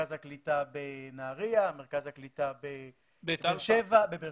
מרכז הקליטה בנהריה, מרכז הקליטה בבאר שבע.